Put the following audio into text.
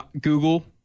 Google